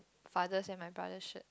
father's and my brother's shirt